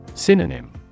Synonym